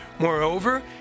Moreover